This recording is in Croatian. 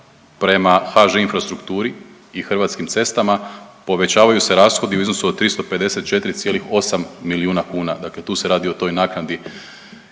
prema HŽ Infrastrukturi i Hrvatskim cestama povećavaju se rashodi u iznosu od 354,8 milijuna kuna. Dakle, tu se radi o toj naknadi